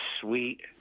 sweet